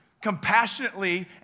compassionately